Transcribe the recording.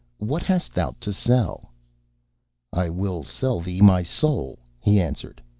what hast thou to sell i will sell thee my soul he answered.